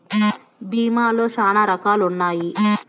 భీమా లో శ్యానా రకాలు ఉన్నాయి